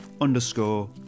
underscore